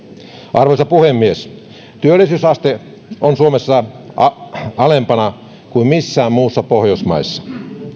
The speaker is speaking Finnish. arvoisa puhemies työllisyysaste on suomessa alempana kuin missään muussa pohjoismaassa